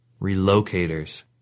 Relocators